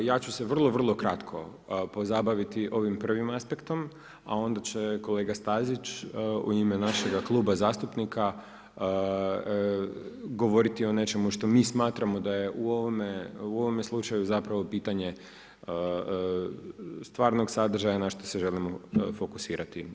Ja ću se vrlo kratko pozabaviti ovim prvim aspektom, a onda će kolega Stazić u ime našega kluba zastupnika govoriti o nečemu što mi smatramo da je u ovome slučaju zapravo pitanje stvarnog sadržaja na što se želimo fokusirati.